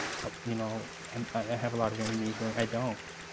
you know um i have a lot of enemies. i don't.